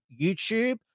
YouTube